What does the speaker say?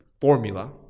formula